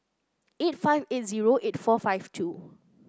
eight five eight zero eight four five two